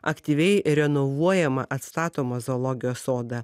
aktyviai renovuojamą atstatomą zoologijos sodą